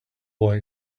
boy